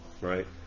Right